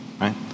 right